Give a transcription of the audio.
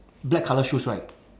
black colour shoes right